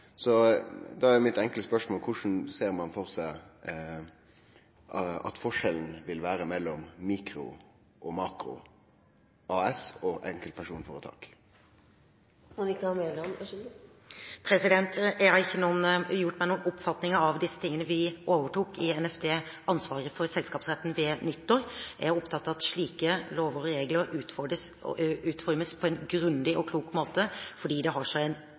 Så da er mitt enkle spørsmål: Kva ser ein for seg at forskjellen vil vere mellom mikro- og makro-AS og enkeltpersonføretak? Jeg har ikke gjort meg opp noen oppfatninger av disse tingene. Vi overtok i Nærings- og fiskeridepartementet ansvaret for selskapsretten ved nyttår. Jeg er opptatt av at slike lover og regler utformes på en grundig og klok måte, fordi det har en